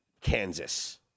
Kansas